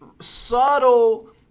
subtle